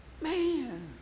Man